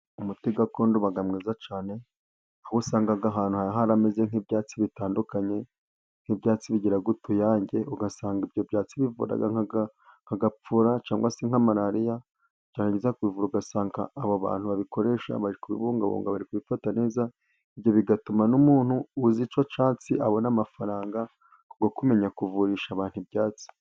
Umuti gakondo uba mwiza cyane, aho usanga ahantu harameze nk'ibyatsi bitandukanye, nk'ibyatsi bigira utuyange, ugasanga ibyo byatsi bivura nka gapfura cyangwa se nka malariya, byarangiza kubivura ugasanga abo bantu babikoresha bari kubibungabunga. babifata neza. Ibyo bigatuma n'umuntu uzi icyo cyatsi abona amafaranga, kubwo kumenya kuvurisha abantu ibyatsi.